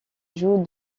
joue